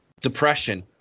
depression